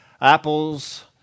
apples